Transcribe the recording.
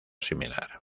similar